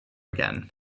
again